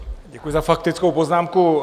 Děkuju za faktickou poznámku.